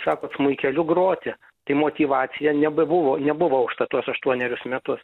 sakot smuikeliu groti tai motyvacija nebebuvo nebuvo aukšta tuos aštuonerius metus